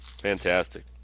Fantastic